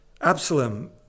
Absalom